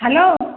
hello